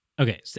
okay